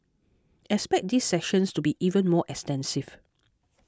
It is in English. expect these sessions to be even more extensive